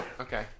okay